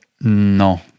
No